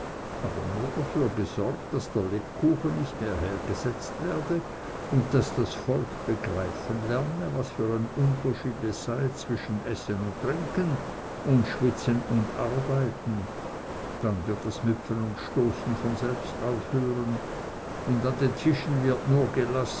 aber nur dafür gesorgt daß der lebkuchen nicht mehr hergesetzt werde und daß das volk begreifen lerne was für ein unterschied es sei zwischen essen und trinken und schwitzen und arbeiten dann wird das müpfen und stoßen von selbst aufhören und an den tischen wird nur gelassen